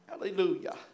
Hallelujah